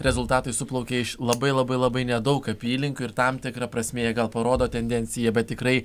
rezultatai suplaukė iš labai labai labai nedaug apylinkių ir tam tikra prasmė gal parodo tendenciją bet tikrai